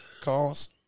calls